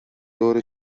دور